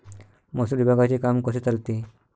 महसूल विभागाचे काम कसे चालते?